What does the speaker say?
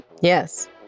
Yes